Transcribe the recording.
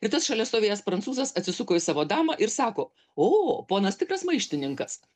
ir tas šalia stovėjęs prancūzas atsisuko į savo damą ir sako o ponas tikras maištininkas